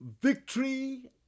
Victory